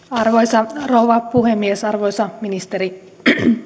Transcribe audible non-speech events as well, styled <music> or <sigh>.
<unintelligible> arvoisa rouva puhemies arvoisa ministeri